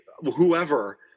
whoever